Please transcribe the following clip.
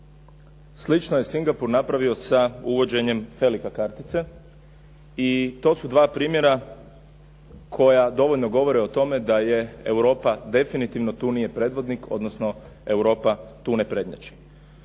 Slično je Singapur napravio sa uvođenjem FeliCa kartice i to su dva primjera koja dovoljno govore o tome da Europa definitivno tu nije predvodnik, odnosno Europa tu ne prednjači.